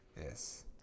yes